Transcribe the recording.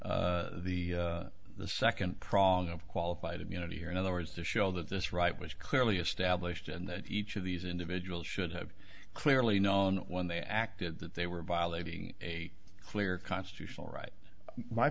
the the second prong of qualified immunity or in other words to show that this right was clearly established and that each of these individuals should have clearly known when they acted that they were violating a clear constitutional right my